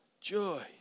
joy